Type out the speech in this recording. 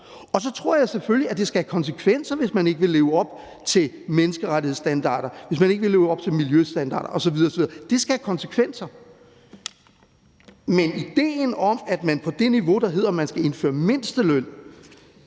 og så tror jeg selvfølgelig, at det skal have konsekvenser, hvis man ikke vil leve op til menneskerettighedsstandarder, hvis ikke man vil leve op til miljøstandarder osv. osv. Det skal have konsekvenser. Men idéen om, at man på det niveau, der hedder, at man skal indføre mindsteløn,